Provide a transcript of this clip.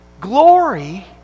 Glory